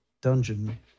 dungeon